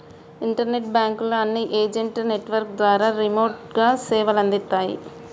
internet బాంకుల అన్ని agent network ద్వారా రిమోట్ గా సేవలందిత్తాయి